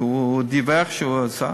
כי הוא דיווח על מה שהוא עושה,